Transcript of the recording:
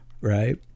Right